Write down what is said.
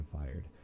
fired